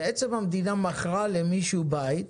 המדינה מכרה למישהו בית,